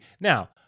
Now